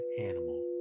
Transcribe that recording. animal